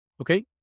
Okay